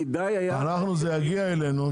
כדאי היה --- זה יגיע אלינו,